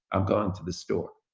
i'm going to the store.